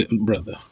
Brother